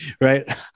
right